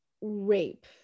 rape